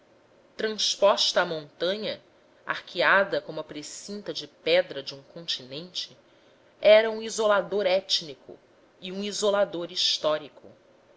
transposta a montanha arqueada como a precinta de pedra de um continente era um isolador étnico e um isolador histórico